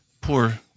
poor